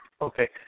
Okay